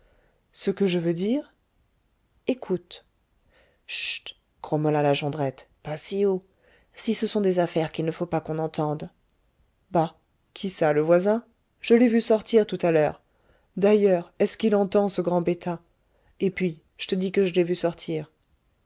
ce que je veux dire écoute chut grommela la jondrette pas si haut si ce sont des affaires qu'il ne faut pas qu'on entende bah qui ça le voisin je l'ai vu sortir tout à l'heure d'ailleurs est-ce qu'il entend ce grand bêta et puis je te dis que je l'ai vu sortir